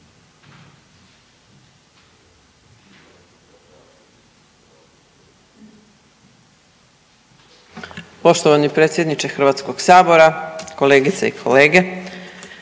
poštovani predsjedniče Hrvatskog sabora, poštovane